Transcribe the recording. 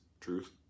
Truth